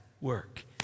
work